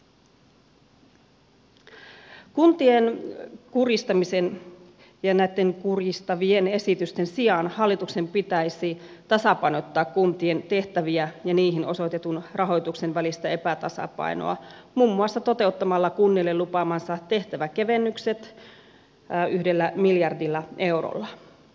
kuntien kurjistamisen ja näitten kurjistavien esitysten sijaan hallituksen pitäisi tasapainottaa kuntien tehtäviä ja niihin osoitetun rahoituksen välistä epätasapainoa muun muassa toteuttamalla kunnille lupaamansa tehtäväkevennykset yhdellä miljardilla eurolla